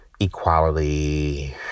equality